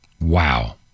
Wow